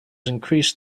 increased